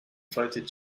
floated